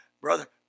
brother